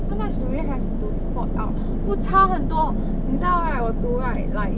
how much do we have to fork out 不差很多你知道 right 我读 right like